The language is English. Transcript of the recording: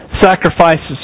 sacrifices